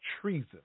treason